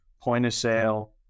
point-of-sale